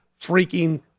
freaking